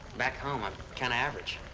back home i'm kinda average.